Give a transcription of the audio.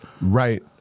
right